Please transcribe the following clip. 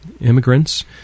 immigrants